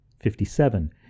Fifty-seven